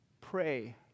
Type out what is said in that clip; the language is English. Pray